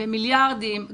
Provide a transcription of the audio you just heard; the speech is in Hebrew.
במיליארדים,